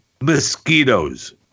mosquitoes